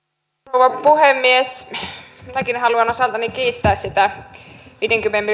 rouva puhemies minäkin haluan osaltani kiittää siitä viidenkymmenen